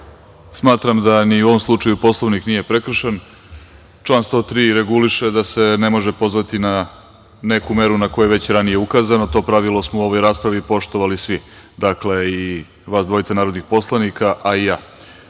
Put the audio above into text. Smatram da ni u ovom slučaju Poslovnik nije prekršen. Član 103. reguliše da se ne može pozvati na neku meru na koju je već ranije ukazano, to pravilo smo u ovoj raspravi poštovali svi, dakle, i vas dvojica narodnih poslanika, a i ja. Da